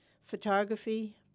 photography